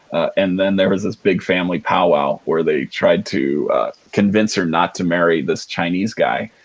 and then, there was this big family pow-wow where they tried to convince her not to marry this chinese guy,